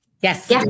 Yes